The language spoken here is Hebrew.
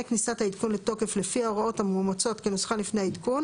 כניסת העדכון לתוקף לפי ההוראות המאומצות כנוסחן לפני העדכון,